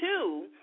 two